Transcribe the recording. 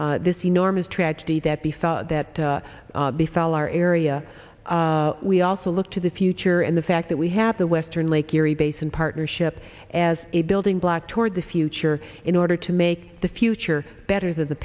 this enormous tragedy that befell that the fall our area we also look to the future and the fact that we have the western lake erie basin partnership as a building block toward the future in order to make the future better than the